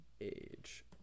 Age